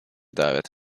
davet